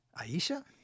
Aisha